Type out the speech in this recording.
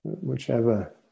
Whichever